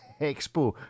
Expo